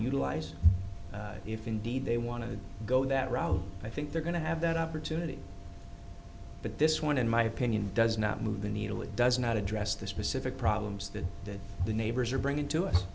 utilize if indeed they want to go that route i think they're going to have that opportunity but this one in my opinion does not move the needle it does not address the specific problems that the neighbors are bringing to us